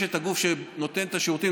יש את הגוף שנותן את השירותים,